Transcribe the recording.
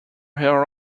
her